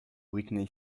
britney